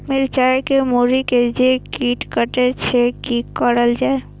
मिरचाय के मुरी के जे कीट कटे छे की करल जाय?